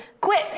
quit